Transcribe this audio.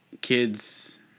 kids